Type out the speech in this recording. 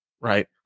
right